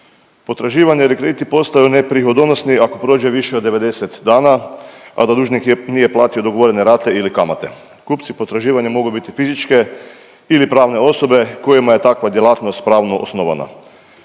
Potraživanje ili krediti postaju neprihodonosni ako prođe više od 90 dana, a da dužnih nije platio dogovorene rate ili kamate. Kupci potraživanja mogu biti fizičke ili pravne osobe kojima je takva djelatnost pravo osnovana.